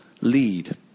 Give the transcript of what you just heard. lead